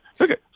Okay